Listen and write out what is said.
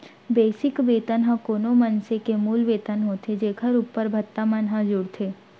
basic वेतन ह कोनो मनसे के मूल वेतन होथे जेखर उप्पर भत्ता मन ह जुड़थे